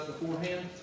beforehand